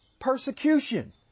persecution